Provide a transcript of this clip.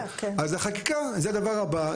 החקיקה זה הדבר הבא,